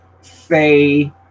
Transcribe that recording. say